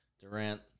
Durant